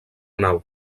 nau